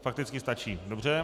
Fakticky stačí, dobře.